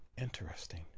interesting